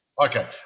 Okay